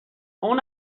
اون